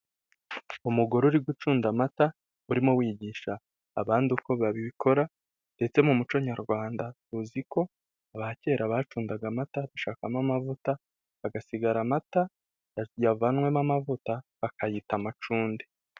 Umugore uri gucunda amata urimo wigisha abandi uko babikora, ndetse mu muco nyarwanda tuzi ko aba kera bacundaga amata bashakamo amavuta, hagasigara amata yavanwemo amavuta bakayita amacunde.